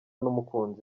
n’umukunzi